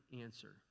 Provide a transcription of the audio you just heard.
answer